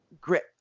grit